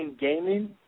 Gaming